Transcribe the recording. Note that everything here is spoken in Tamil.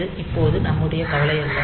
அது இப்போது நம்முடைய கவலை அல்ல